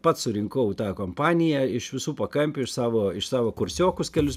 pats surinkau tą kompaniją iš visų pakampių iš savo iš savo kursiokus kelis